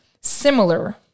similar